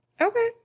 okay